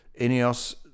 Ineos